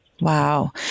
Wow